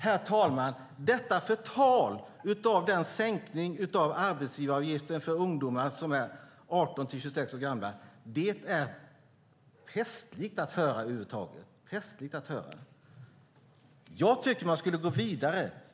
Herr talman! Detta förtal av den sänkta arbetsgivaravgiften för ungdomar 18-26 år är pestligt att höra.